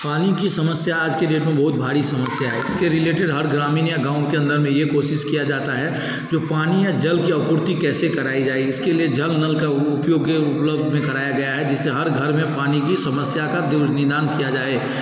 पानी के समस्या आज के डेट में बहुत भारी समस्या है इसके रिलेटेड हर ग्रामीण या गाँव के अन्दर में यह कोशिश किया जाता है जो पानी या जल की आपूर्ति कैसे कराई जाए इसके जल नल का उपयोग के उपलब्ध में कराया गया है जिससे हर घर में पानी की समस्या का दु निदान किया जाए